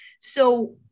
So-